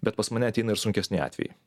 bet pas mane ateina ir sunkesni atvejai